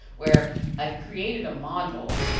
where i've created a module.